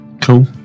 cool